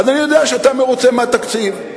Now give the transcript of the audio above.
אז אני יודע שאתה מרוצה מהתקציב,